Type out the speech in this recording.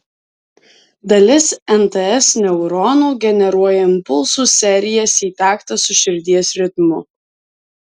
dalis nts neuronų generuoja impulsų serijas į taktą su širdies ritmu